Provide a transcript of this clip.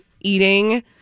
eating